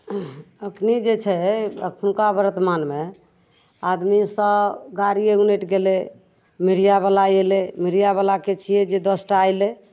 एखन जे छै एखनुका वर्तमानमे आदमीसे गाड़िए उनटि गेलै मीडिआवला अएलै मीडियावलाके छिए जे दस टा अएलै